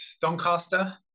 Doncaster